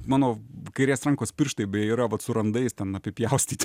mano kairės rankos pirštai beje yra vat su randais ten apipjaustyti